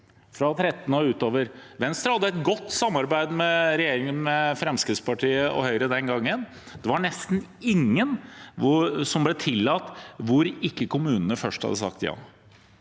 fra 2013 og utover, og Venstre hadde et godt samarbeid med regjeringen med Fremskrittspartiet og Høyre den gangen – var det nesten ingen prosjekter som ble tillatt hvor ikke kommunene først hadde sagt ja,